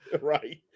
Right